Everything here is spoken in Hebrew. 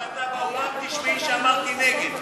אם יש הקלטה באולם תשמעי שאמרתי נגד.